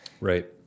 Right